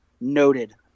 noted